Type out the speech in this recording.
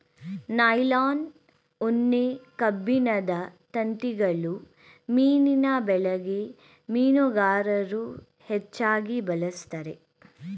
nylon, ಉಣ್ಣೆ, ಕಬ್ಬಿಣದ ತಂತಿಗಳು ಮೀನಿನ ಬಲೆಗೆ ಮೀನುಗಾರರು ಹೆಚ್ಚಾಗಿ ಬಳಸ್ತರೆ